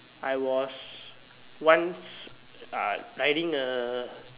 I was once ah riding a